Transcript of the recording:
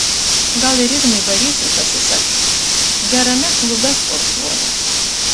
gal ir ignui barysui pasiseks gerame klube sportuoja